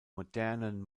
modernen